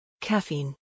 Caffeine